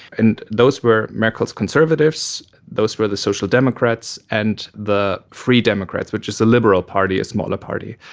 and those were merkel's conservatives, those were the social democrats, and the free democrats, which is a liberal party, a smaller party.